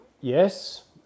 yes